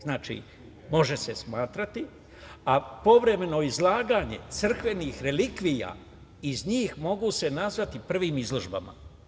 Znači, može se smatrati, a povremeno izlaganje crkvenih relikvija, iz njih mogu se nazvati prvim izložbama.